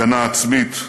הגנה עצמית,